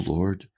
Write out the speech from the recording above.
Lord